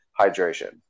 hydration